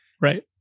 Right